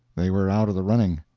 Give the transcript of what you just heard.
they were out of the running.